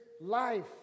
life